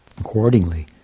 accordingly